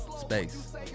space